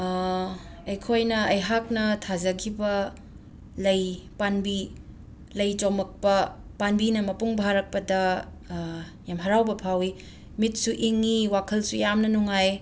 ꯑꯩꯈꯣꯏꯅ ꯑꯩꯍꯥꯛꯅ ꯊꯥꯖꯈꯤꯕ ꯂꯩ ꯄꯥꯝꯕꯤ ꯂꯩ ꯆꯣꯝꯂꯛꯄ ꯄꯥꯝꯕꯤꯅ ꯃꯄꯨꯡ ꯐꯥꯔꯛꯄꯗ ꯌꯥꯝ ꯍꯔꯥꯎꯕ ꯐꯥꯎꯏ ꯃꯤꯠꯁꯨ ꯏꯡꯏ ꯋꯥꯈꯜꯁꯨ ꯌꯥꯝꯅ ꯅꯨꯡꯉꯥꯏ